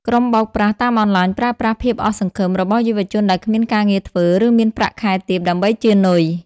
ក្រុមបោកប្រាស់តាមអនឡាញប្រើប្រាស់ "ភាពអស់សង្ឃឹម" របស់យុវជនដែលគ្មានការងារធ្វើ ឬមានប្រាក់ខែទាប ដើម្បីជានុយ។